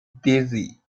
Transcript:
dizzy